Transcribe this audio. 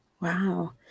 Wow